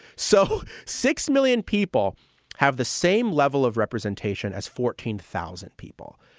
so six million people have the same level of representation as fourteen thousand people.